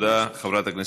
תודה רבה, תודה.